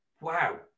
Wow